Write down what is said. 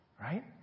right